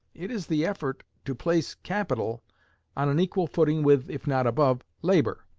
it is the effort to place capital on an equal footing with, if not above, labor,